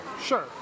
Sure